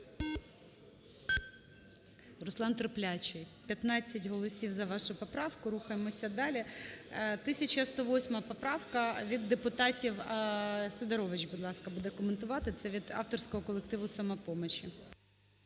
Руслан терплячий. 15 голосів за вашу поправку. Рухаємося далі. 1108 поправка. Від депутатів Сидорович, будь ласка, буде коментувати. Це від авторського колективу "Самопомочі".